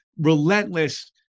relentless